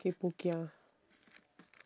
kpo kia